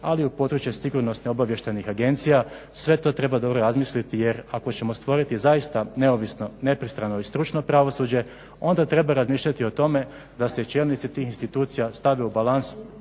ali i u područje sigurnosno-obavještajnih agencija. Sve to treba dobro razmisliti jer ako ćemo stvoriti zaista neovisno, nepristrano i stručno pravosuđe onda treba razmišljati i o tome da se čelnici tih institucija stave u balans